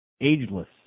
ageless